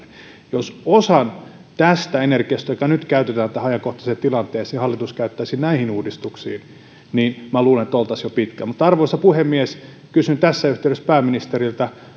jos osan tästä energiasta joka nyt käytetään tähän ajankohtaiseen tilanteeseen hallitus käyttäisi näihin uudistuksiin niin minä luulen että oltaisiin jo pitkällä mutta arvoisa puhemies kysyn tässä yhteydessä pääministeriltä